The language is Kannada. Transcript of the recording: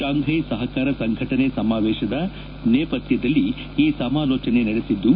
ಶಾಂಘ್ಲೆ ಸಹಕಾರ ಸಂಘಟನೆ ಸಮಾವೇತದ ನೇಪಾಥ್ಲದಲ್ಲಿ ಈ ಸಮಾಲೋಚನೆ ನಡೆಸಿದ್ದು